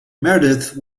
meredith